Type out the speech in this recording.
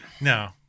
No